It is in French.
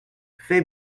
fais